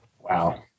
Wow